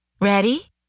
Ready